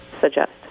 suggest